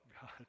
God